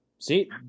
See